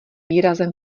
výrazem